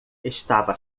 estava